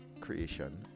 creation